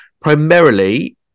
primarily